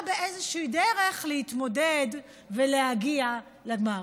באיזושהי דרך להתמודד ולהגיע לגמר?